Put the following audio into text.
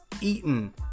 eaten